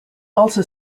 also